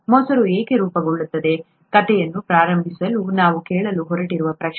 ಮೊಸರು ಏಕೆ ರೂಪುಗೊಳ್ಳುತ್ತದೆ ಕಥೆಯನ್ನು ಪ್ರಾರಂಭಿಸಲು ನಾವು ಕೇಳಲು ಹೊರಟಿರುವ ಪ್ರಶ್ನೆ